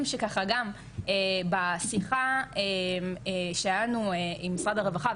שככה גם בשיחה שהיתה לנו עם משרד הרווחה,